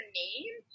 name